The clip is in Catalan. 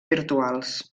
virtuals